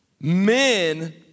men